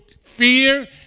fear